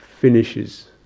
finishes